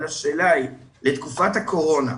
אבל השאלה היא לתקופת הקורונה,